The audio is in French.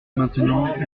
maintenant